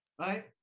right